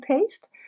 taste